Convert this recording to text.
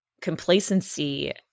complacency